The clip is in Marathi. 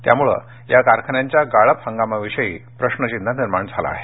त्यामुळे या कारखान्यांच्या गाळप हंगामाविषयी प्रश्नचिन्ह निर्माण झालं आहे